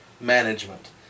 management